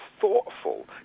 thoughtful